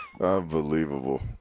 Unbelievable